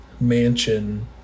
mansion